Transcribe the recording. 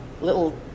little